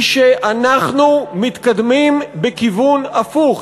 היא שאנחנו מתקדמים בכיוון הפוך,